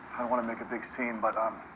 want to make a big scene, but, um,